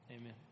Amen